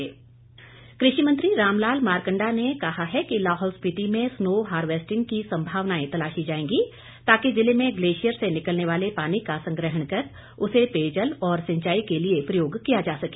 मारकंडा कृषि मंत्री रामलाल मारकंडा ने कहा है कि लाहौल स्पिति में स्नो हारवेस्टिंग की संभावनाएं तलाशी जाएंगी ताकि जिले में ग्लेशियर से निकलने वाले पानी का संग्रहण कर उसे पेयजल और सिंचाई के लिए प्रयोग किया जा सके